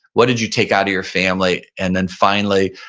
what did you take out of your family? and then finally,